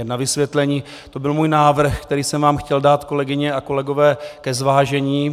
Jen na vysvětlení, to byl můj návrh, který jsem vám chtěl dát, kolegyně a kolegové, ke zvážení.